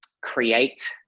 create